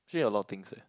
actually a lot of things eh